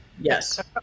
Yes